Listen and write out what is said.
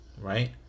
right